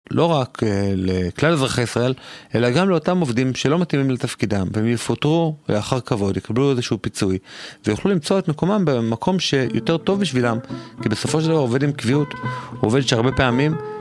לא רק לכלל אזרחי ישראל, אלא גם לאותם עובדים שלא מתאימים לתפקידם, והם יפוטרו לאחר כבוד, יקבלו איזשהו פיצוי, ויוכלו למצוא את מקומם במקום שיותר טוב בשבילם, כי בסופו של דבר עובד עם קביעות, עובד שהרבה פעמים...